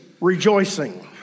rejoicing